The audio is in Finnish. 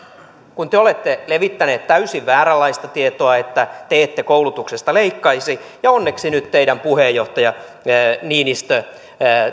kun te olette levittäneet täysin vääränlaista tietoa että te ette koulutuksesta leikkaisi ja onneksi nyt teidän puheenjohtaja niinistö